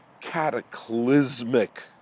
cataclysmic